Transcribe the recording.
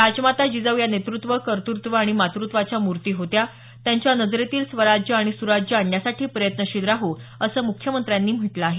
राजमाता जिजाऊ या नेतृत्व कर्तृत्व आणि मातृत्वाच्या मूर्ती होत्या त्यांच्या नजरेतील स्वराज्य आणि सुराज्य आणण्यासाठी प्रयत्नशील राहू असं मुख्यमंत्र्यांनी म्हटलं आहे